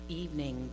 evening